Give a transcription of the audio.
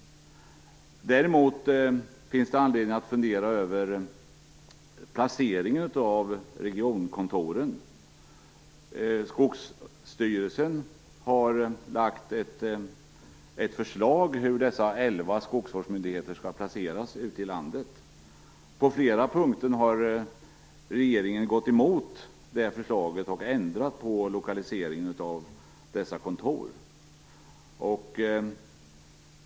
Däremot finns det anledning att fundera över placeringen av regionkontoren. Skogsstyrelsen har lagt fram ett förslag till hur dessa elva skogsmyndigheter skall lokaliseras ute i landet. På flera punkter har regeringen gått emot detta förslag och ändrat på lokaliseringen.